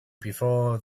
before